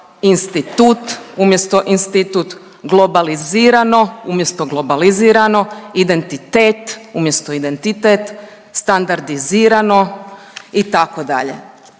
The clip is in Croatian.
institut umjesto institut, globalizirano umjesto globalizirano, identitet, umjesto identitet, standardizirano itd.